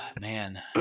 Man